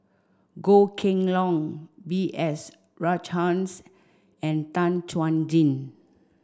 Goh Kheng Long B S Rajhans and Tan Chuan Jin